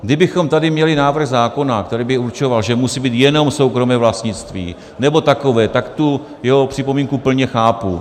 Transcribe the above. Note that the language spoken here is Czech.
Kdybychom tady měli návrh zákona, který by určoval, že musí být jenom soukromé vlastnictví, nebo takové, tak tu jeho připomínku plně chápu.